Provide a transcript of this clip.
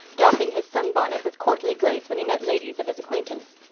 doffing his sunbonnet with courtly grace when he met ladies of his acquaintance.